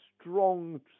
strong